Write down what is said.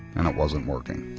and it wasn't working.